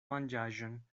manĝaĵon